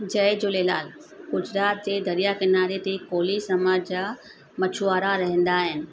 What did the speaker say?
जय झूलेलाल गुजरात जे दरिया किनारे ते कोली समाज जा मछुआरा रहंदा आहिनि